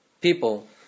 people